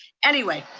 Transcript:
anyway,